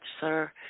sir